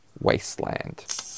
wasteland